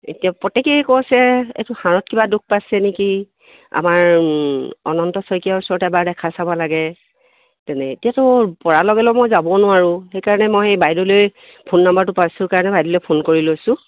এতিয়া প্ৰত্যেকেই কৈছে এইটো হাড়ত কিবা দুখ পাইছে নেকি আমাৰ অনন্ত শইকীয়াৰ ওচৰত এবাৰ দেখাই চাব লাগে তেনে এতিয়াতো পৰাৰ লগে লগে মই যাবও নোৱাৰোঁ সেইকাৰণে মই এই বাইদেউলৈ ফোন নাম্বাৰটো পাইছোঁ কাৰণে বাইদেউলৈ ফোন কৰি লৈছোঁ